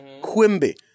Quimby